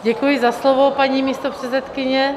Děkuji za slovo, paní místopředsedkyně.